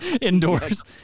indoors